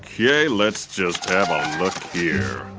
yeah let's just have a look here.